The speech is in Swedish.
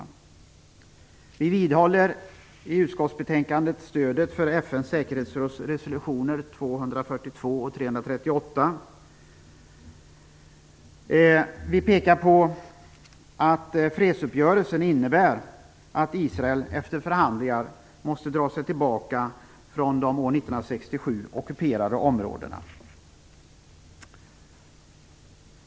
Vi vidhåller i utskottsbetänkandet stödet för FN:s säkerhetsråds resolutioner 242 och 338. Vi pekar på att fredsuppgörelsen innebär att Israel efter förhandlingar måste dra sig tillbaka från de år 1967 ockuperade områdena.